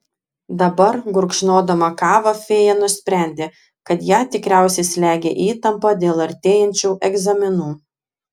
dabar gurkšnodama kavą fėja nusprendė kad ją tikriausiai slegia įtampa dėl artėjančių egzaminų